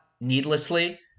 needlessly